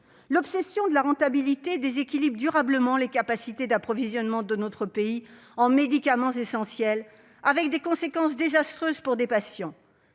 L'obsession de la rentabilité déséquilibre durablement les capacités d'approvisionnement de notre pays en médicaments essentiels, avec des conséquences désastreuses pour les patients.